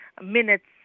minutes